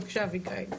בבקשה אביגיל.